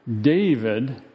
David